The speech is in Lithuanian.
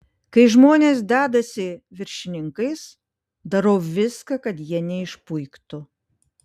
kai žmonės dedasi viršininkais darau viską kad jie neišpuiktų